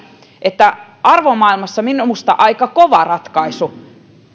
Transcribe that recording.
että arvomaailmassa minusta aika kova ratkaisu